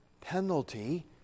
penalty